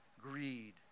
Greed